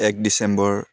এক ডিচেম্বৰ